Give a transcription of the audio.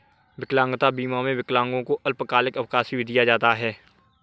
विकलांगता बीमा में विकलांगों को अल्पकालिक अवकाश भी दिया जाता है